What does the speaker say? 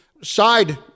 side